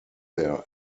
their